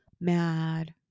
mad